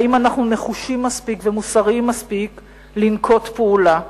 האם אנחנו נחושים מספיק ומוסריים מספיק לנקוט פעולה?